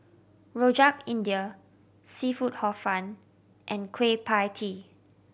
Rojak India seafood Hor Fun and Kueh Pie Tee